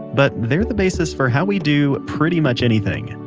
but they're the basis for how we do. pretty much anything.